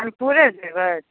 खानपुरे जेबै